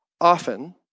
often